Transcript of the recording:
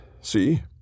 See